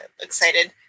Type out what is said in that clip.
excited